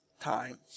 time